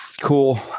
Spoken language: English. cool